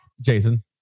Jason